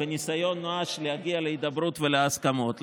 בניסיון נואש להגיע להידברות ולהסכמות.